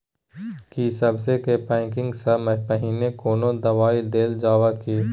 की सबसे के पैकिंग स पहिने कोनो दबाई देल जाव की?